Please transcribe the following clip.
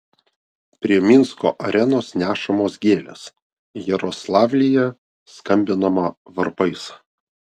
prie minsko arenos nešamos gėlės jaroslavlyje skambinama varpais